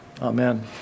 Amen